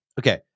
Okay